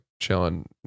chilling